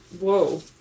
whoa